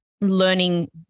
learning